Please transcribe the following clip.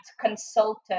consulted